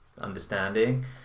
understanding